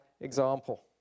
example